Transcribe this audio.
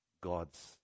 God's